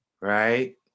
right